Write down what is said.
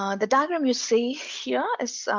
um the diagram you see here is